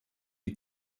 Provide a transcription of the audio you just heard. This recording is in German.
die